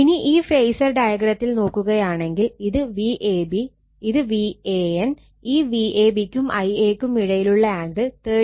ഇനി ഈ ഫേസർ ഡയഗ്രത്തിൽ നോക്കുകയാണെങ്കിൽ ഇത് Vab ഇത് Van ഈ Vab ക്കും Ia ക്കും ഇടയിലുള്ള ആംഗിൾ 30o